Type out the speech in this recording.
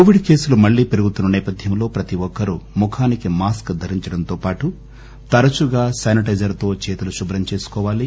Covid కేసులు మళ్లీ పెరుగుతున్న సేపథ్యంలో ప్రతి ఒక్కరూ ముఖానికి మాస్క్ ధరించడంతో పాటు తరచుగా శానిటైజర్ తో చేతులు శుభ్రం చేసుకోవాలి